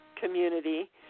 community